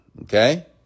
okay